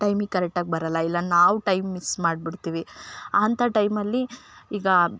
ಟೈಮಿಗೆ ಕರೆಟ್ಟಾಗಿ ಬರೊಲ್ಲಾ ಇಲ್ಲ ನಾವು ಟೈಮ್ ಮಿಸ್ ಮಾಡಿಬಿಡ್ತಿವಿ ಅಂತ ಟೈಮಲ್ಲಿ ಈಗ